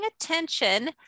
attention